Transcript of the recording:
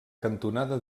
cantonada